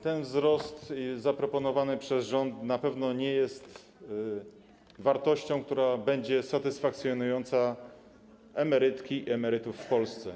Ten wzrost zaproponowany przez rząd na pewno nie jest wartością, która usatysfakcjonuje emerytki i emerytów w Polsce.